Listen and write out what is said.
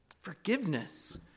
Forgiveness